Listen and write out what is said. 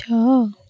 ଛଅ